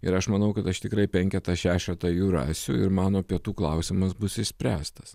ir aš manau kad aš tikrai penketą šešetą jų rasiu ir mano pietų klausimas bus išspręstas